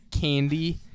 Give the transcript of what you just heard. candy